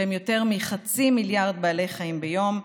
שהם יותר מחצי מיליארד בעלי חיים ביום,